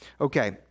Okay